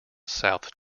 south